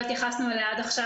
שלא התייחסנו אליה עד עכשיו,